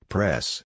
Press